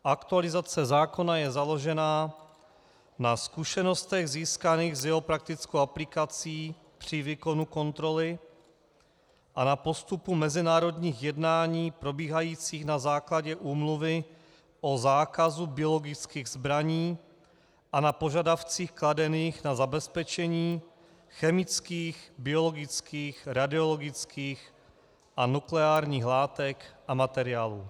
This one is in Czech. Aktualizace zákona je založena na zkušenostech získaných s jeho praktickou aplikací při výkonu kontroly a na postupu mezinárodních jednání probíhajících na základě Úmluvy o zákazu biologických zbraní a na požadavcích kladených na zabezpečení chemických, biologických, radiologických a nukleárních látek a materiálů.